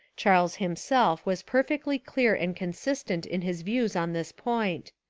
charles himself was perfectly clear and con sistent in his views on this point.